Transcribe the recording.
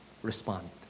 respond